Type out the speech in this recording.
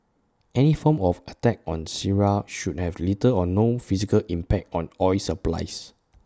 any form of attack on Syria should have little or no physical impact on oil supplies